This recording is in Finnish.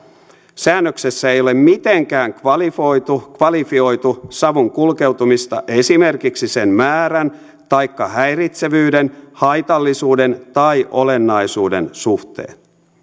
säännöksessä ei ole mitenkään kvalifioitu kvalifioitu savun kulkeutumista esimerkiksi sen määrän taikka häiritsevyyden haitallisuuden tai olennaisuuden suhteen